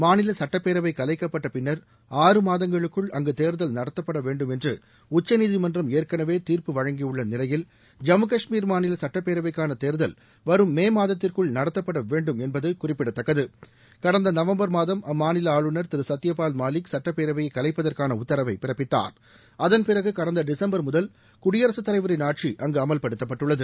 மாநில சுட்டப்பேரவை கலைக்கப்பட்ட பின்னர் ஆறு மாதங்களுக்குள் அங்குதேர்தல் நடத்தப்பட வேண்டும் என்று உச்சநீதிமன்றம் ஏற்கனவே தீர்ப்பு வழங்கியுள்ள நிலையில் ஜம்மு காஷ்மீர் மாநில சுட்டப்பேரவைக்கான தேர்தல் வரும் மே மாதத்திற்குள் நடத்தப்பட வேண்டும் என்பது குறிப்பிடத்தக்கது கடந்த நவம்பர் மாதம் அம்மாநில ஆளுநர் திரு சத்தியபால் மாலிக் சட்டப்பேரவையை கலைப்பதற்கான உத்தரவை பிறப்பித்தார் அதன் பிறகு கடந்த டிசம்பர் முதல் குடியரசுத் தலைவரின் ஆட்சி அங்கு அமல்படுத்தப்பட்டுள்ளது